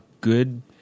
good